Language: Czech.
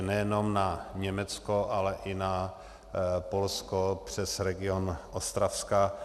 Nejenom na Německo, ale i na Polsko přes region Ostravska.